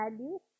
values